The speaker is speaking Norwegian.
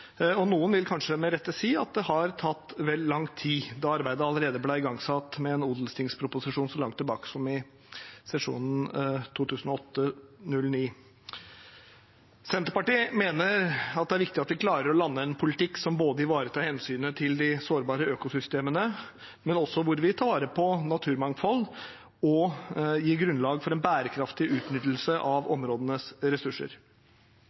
siden. Noen vil – kanskje med rette – si at det har tatt vel lang tid, da arbeidet ble igangsatt allerede med en odelstingsproposisjon så langt tilbake som i stortingssesjonen 2008–2009. Senterpartiet mener det er viktig at vi klarer å lande en politikk som både ivaretar hensynet til de sårbare økosystemene, tar vare på naturmangfoldet og gir grunnlag for en bærekraftig utnyttelse av områdenes ressurser.